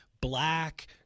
black